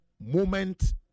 Moment